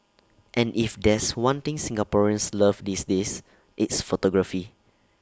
and if there's one thing Singaporeans love these days it's photography